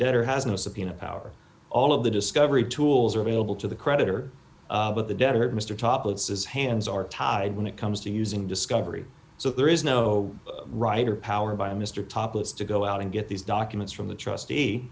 debtor has no subpoena power all of the discovery tools are available to the creditor but the debtor mr topless says hands are tied when it comes to using discovery so there is no right or power by mr topless to go out and get these documents from the trustee